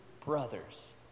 brothers